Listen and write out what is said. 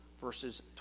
verses